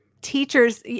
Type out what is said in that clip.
teachers